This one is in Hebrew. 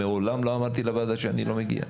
מעולם לא אמרתי לוועדה שאני לא מגיע.